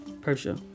Persia